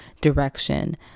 direction